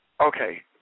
okay